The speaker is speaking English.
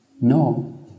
No